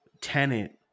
tenant